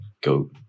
go